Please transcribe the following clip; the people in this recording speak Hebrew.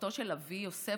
משפחתו של אבי יוסף,